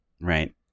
Right